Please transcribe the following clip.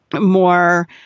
more